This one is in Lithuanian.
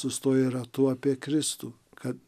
sustoję ratu apie kristų kad